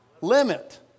limit